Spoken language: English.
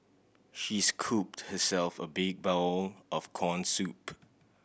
he scooped herself a big bowl of corn soup